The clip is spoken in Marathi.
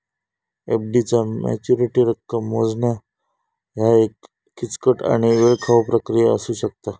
एफ.डी चा मॅच्युरिटी रक्कम मोजणा ह्या एक किचकट आणि वेळखाऊ प्रक्रिया असू शकता